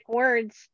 words